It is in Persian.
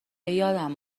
یادم